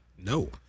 No